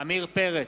עמיר פרץ,